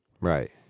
Right